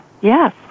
Yes